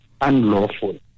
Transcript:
unlawful